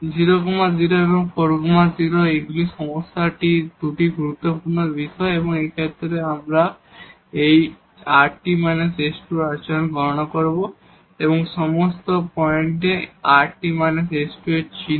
0 0 এবং 4 0 এগুলি সমস্যাটির 2 টি গুরুত্বপূর্ণ বিষয় এবং এই ক্ষেত্রে এখন আমরা এই rt s2 এর আচরণ গণনা করব এই সমস্ত পয়েন্টে rt s2 এর চিহ্ন